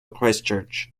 christchurch